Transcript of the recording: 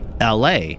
LA